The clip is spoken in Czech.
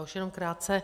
Už jenom krátce.